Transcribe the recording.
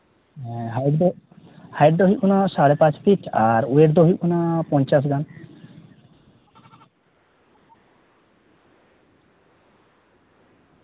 ᱮᱸ ᱦᱟᱭᱤᱴ ᱫᱚ ᱦᱟᱭᱤᱴ ᱫᱚ ᱦᱩᱭᱩᱜ ᱠᱟᱱᱟ ᱥᱟᱲᱮ ᱯᱟᱸᱪ ᱯᱷᱤᱴ ᱟᱨ ᱚᱭᱮᱴ ᱫᱚ ᱦᱩᱭᱩᱜ ᱠᱟᱱᱟ ᱯᱚᱧᱪᱟᱥ ᱜᱟᱱ